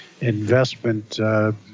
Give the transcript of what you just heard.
investment